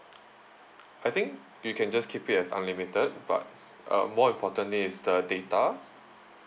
I think you can just keep it as unlimited but uh more importantly is the data